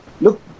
Look